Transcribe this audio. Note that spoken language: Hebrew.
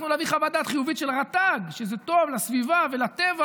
והצלחנו להביא חוות דעת חיובית של רט"ג שזה טוב לסביבה ולטבע.